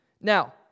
Now